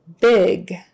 big